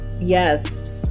Yes